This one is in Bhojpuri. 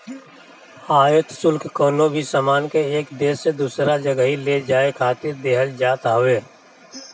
आयात शुल्क कवनो भी सामान के एक देस से दूसरा जगही ले जाए खातिर देहल जात हवे